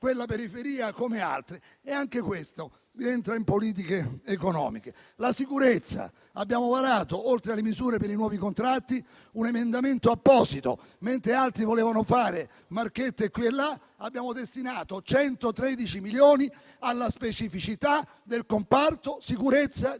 quella periferia, come altre. Anche questo rientra nella politica economica. Per quanto riguarda la sicurezza abbiamo varato, oltre alle misure per i nuovi contratti, un emendamento apposito. Mentre altri volevano fare marchette qui e là, abbiamo destinato 113 milioni alla specificità del comparto sicurezza e